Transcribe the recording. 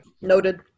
Noted